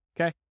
okay